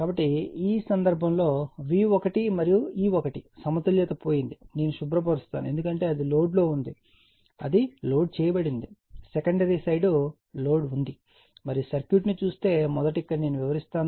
కాబట్టి ఈ సందర్భంలో V1 మరియు E1 సమతుల్యత పోయింది నేను శుభ్రపరుస్తాను ఎందుకంటే అది లోడ్ లో ఉంది అది లోడ్ చేయబడింది సెకండరీ సైడ్ లోడ్ ఉంది మరియు సర్క్యూట్ని చూస్తే మొదట ఇక్కడ నేను వివరిస్తాను